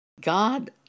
God